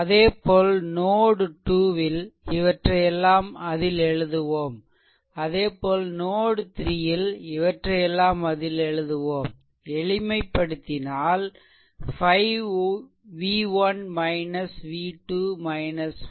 அதேபோல் நோட் 2 ல் இவற்றை எல்லாம் அதில் எழுதுவோம் அதேபோல் நோட் 3 ல் இவற்றை எல்லாம் அதில் எழுதுவோம் எளிமைப்படுத்தினால் 5 v1 v2 4 v3 1